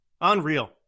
Unreal